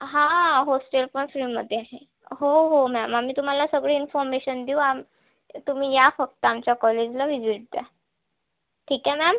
हा होस्टेल पण फ्रीमध्ये आहे हो हो मॅम आम्ही तुम्हाला सगळी इन्फॉर्मेशन देऊ तुम्ही या फक्त आमच्या कॉलेजला व्हिजीट द्या ठीक आहे मॅम